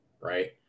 right